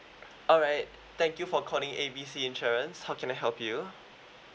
alright thank you for calling A B C insurance how can I help you